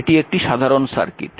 এটি একটি সাধারণ সার্কিট